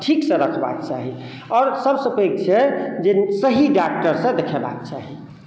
ठीकसँ रखबाक चाही आओर सबसँ पैघ छै जे सही डाक्टरसँ देखयबाक चाही